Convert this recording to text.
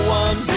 one